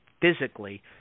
physically